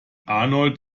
arnold